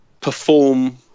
perform